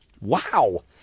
Wow